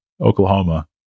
Oklahoma